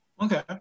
Okay